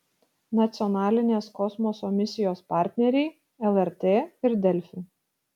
nacionalinės kosmoso misijos partneriai lrt ir delfi